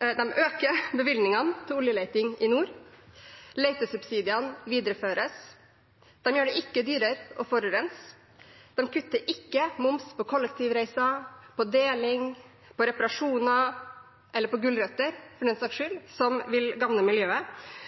De øker bevilgningene til oljeleting i nord. Letesubsidiene videreføres. De gjør det ikke dyrere å forurense. De kutter ikke moms på kollektivreiser, deling, reparasjoner eller gulrøtter, for den saks skyld, som vil gagne miljøet.